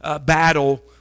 battle